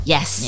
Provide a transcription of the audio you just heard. Yes